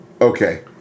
okay